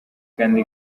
kandi